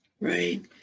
Right